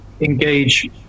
engage